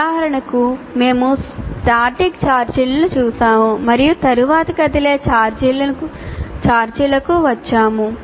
ఉదాహరణకు మేము స్టాటిక్ ఛార్జీలను చూశాము మరియు తరువాత కదిలే ఛార్జీలకు వచ్చాము